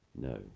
No